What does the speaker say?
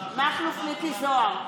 זוהר,